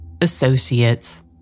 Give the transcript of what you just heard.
associates